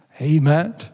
Amen